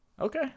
Okay